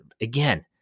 Again